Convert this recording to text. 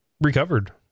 recovered